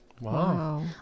Wow